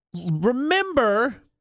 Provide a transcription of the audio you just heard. Remember